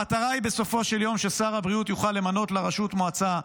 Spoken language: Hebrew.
המטרה היא בסופו של יום ששר הבריאות יוכל למנות לרשות מועצה,